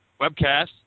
webcast